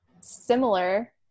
similar